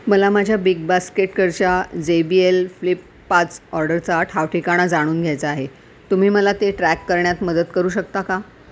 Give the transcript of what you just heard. मला माझ्या बिग बास्केटकडच्या जे बी एल फ्लिप पाच ऑर्डरचा ठावठिकाणा जाणून घ्यायचा आहे तुम्ही मला ते ट्रॅक करण्यात मदत करू शकता का